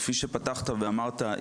כפי שפתחת ואמרת,